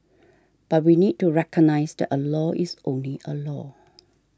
but we need to recognise that a law is only a law